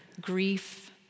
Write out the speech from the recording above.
grief